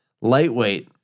lightweight